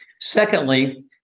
Secondly